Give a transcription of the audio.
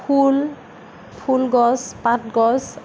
ফুল ফুল গছ পাত গছ